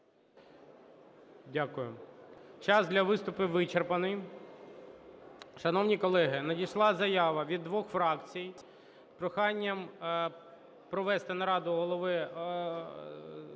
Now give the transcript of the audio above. Дякую. Час для виступів вичерпаний. Шановні колеги, надійшла заява від двох фракцій з проханням провести нараду у Голови… оголосити